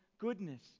Goodness